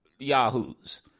yahoos